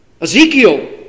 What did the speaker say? Ezekiel